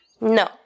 No